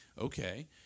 okay